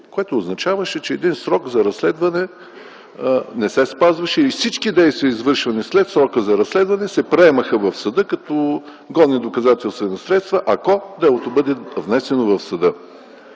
Това означаваше, че един срок за разследване не се спазваше и всички действия, извършени след срока за разследване, се приемаха в съда като годни доказателствени средства, ако делото бъде внесено в съда.